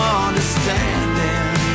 understanding